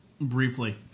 Briefly